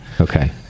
Okay